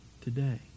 today